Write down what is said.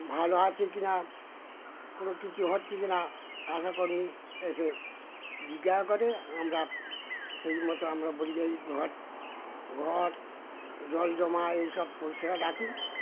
ভালো আছে কি না কোনো কিছু হচ্ছে কি না আশাকর্মী এসে জিজ্ঞেস করে আমরা সেই মতো আমরা বলি এই ঘর ঘর জল জমা এইসব পরিষেবা ডাকি